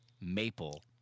maple